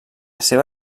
seva